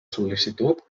sol·licitud